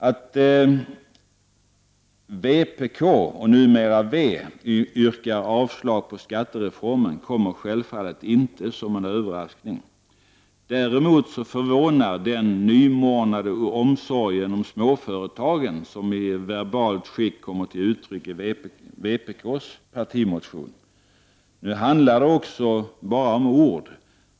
Att vpk — numera v — yrkar avslag på skattereformen kommer självfallet inte som en överraskning. Däremot förvånar den nymornade omsorgen om småföretagen som i verbal form kommer till uttryck i vpk:s partimotion. Nu handlar det också bara om ord.